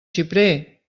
xiprer